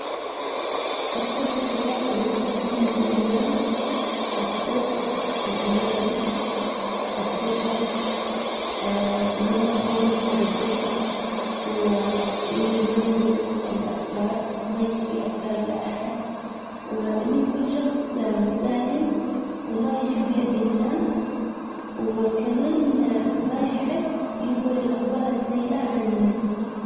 اكثر الصفات اللي تعجبني في الناس الصدق الامانة الثقة انه ما يخون ابدا وانه ما ينجل الاسرار ما يفشي اسرار لاحد وانه يكون شخص مسالم وما يحب يأذي الناس. وكمان ما يحب ينقل الاخبار السيئة عن الناس.